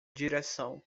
direção